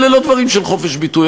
אלה לא דברים של חופש ביטוי,